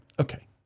Okay